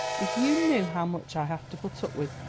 if you knew how much i have to put up with,